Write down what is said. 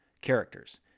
characters